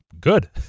Good